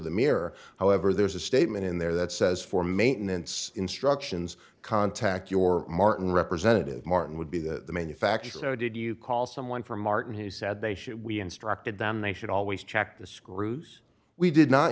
the mirror however there's a statement in there that says for maintenance instructions contact your martin representative martin would be the manufacturer did you call someone from martin who said they should we instructed them they should always check the screws we did not